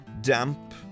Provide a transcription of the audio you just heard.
damp